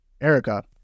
Erica